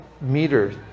meter